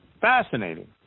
Fascinating